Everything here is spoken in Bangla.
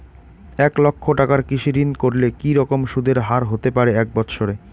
এক লক্ষ টাকার কৃষি ঋণ করলে কি রকম সুদের হারহতে পারে এক বৎসরে?